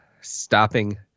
stopping